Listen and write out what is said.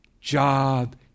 job